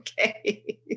okay